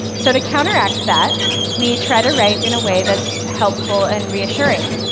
so to counteract that, we try to write in a way that's helpful and reassuring.